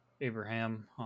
Abraham